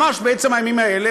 ממש בעצם הימים האלה,